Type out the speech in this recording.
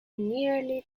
nearly